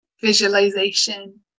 visualization